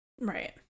Right